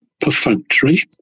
perfunctory